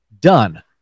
done